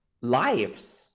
lives